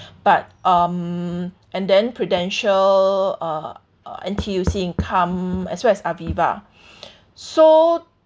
but um and then Prudential uh uh N_T_U_C income as well as Aviva so